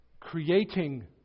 creating